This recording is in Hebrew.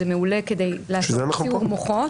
זה מעולה כדי לעשות סיעור מוחות.